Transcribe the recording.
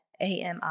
AMI